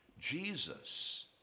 Jesus